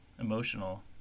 emotional